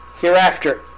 Hereafter